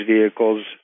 vehicles